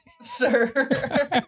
sir